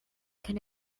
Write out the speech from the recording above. can